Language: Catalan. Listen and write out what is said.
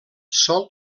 sol